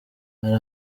hari